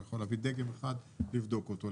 הוא יכול להביא דגם אחד לבדוק אותו,